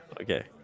okay